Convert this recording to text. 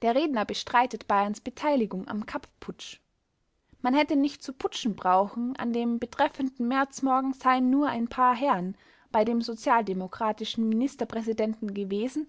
der redner bestreitet bayerns beteiligung am kapp-putsch man hätte nicht zu putschen brauchen an dem betreffenden märzmorgen seien nur ein paar herren bei dem sozialdemokratischen ministerpräsidenten gewesen